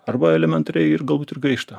arba elementariai ir galbūt ir gaišta